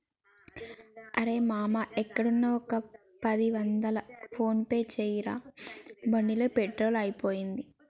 రేయ్ మామా ఎక్కడున్నా ఒక పది వందలు ఫోన్ పే చేయరా బండిలో పెట్రోల్ అయిపోయింది